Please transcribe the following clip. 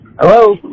hello